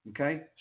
Okay